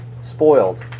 spoiled